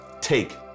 take